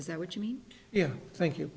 is that what you mean yeah thank you